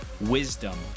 wisdom